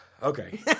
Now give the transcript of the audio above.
Okay